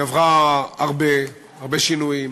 היא עברה הרבה, הרבה שינויים,